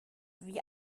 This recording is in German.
wie